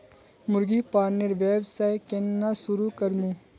मुर्गी पालनेर व्यवसाय केन न शुरु करमु